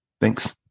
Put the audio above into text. thanks